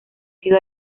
sido